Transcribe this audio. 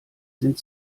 sind